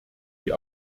die